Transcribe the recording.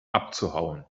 abzuhauen